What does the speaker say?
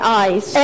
eyes